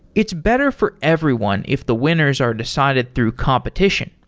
it's better for everyone if the winners are decided through competition.